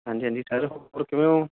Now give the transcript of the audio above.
ਹਾਂਜੀ ਹਾਂਜੀ ਸਰ ਹੋਰ ਕਿਵੇਂ ਹੋ